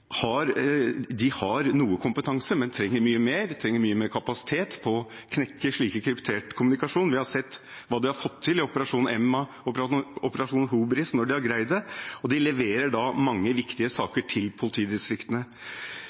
de har noe kompetanse, men de trenger mye mer, de trenger mye mer kapasitet for å knekke kryptert kommunikasjon. Vi har sett hva de har fått til i Operasjon Emma og Operasjon Hubris når de har greid det. De leverer da mange viktige saker til politidistriktene.